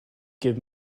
give